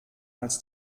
als